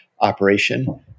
operation